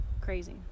crazy